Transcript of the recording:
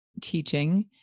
teaching